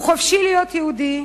הוא חופשי להיות יהודי,